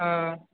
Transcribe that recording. हॅं